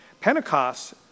Pentecost